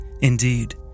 Indeed